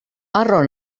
harro